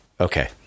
Okay